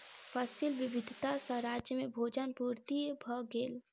फसिल विविधता सॅ राज्य में भोजन पूर्ति भ गेल